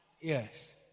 Yes